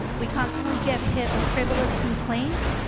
we constantly get hit with frivolous complaints.